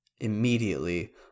Immediately